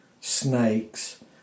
snakes